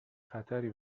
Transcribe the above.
خطری